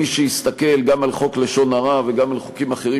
מי שיסתכל גם על חוק לשון הרע וגם על חוקים אחרים